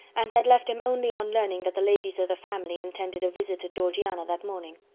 and had left him only on learning that the ladies of the family intended a visit to georgiana that morning.